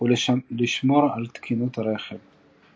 ולשמור על תקינות הרכב.